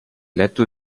letto